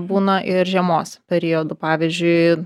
būna ir žiemos periodu pavyzdžiui